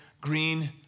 green